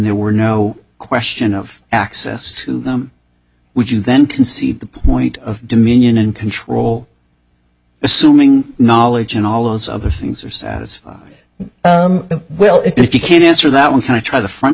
there were no question of access to them would you then concede the point of dominion and control assuming knowledge and all those other things are satisfied we'll if you can't answer that one kind of try the front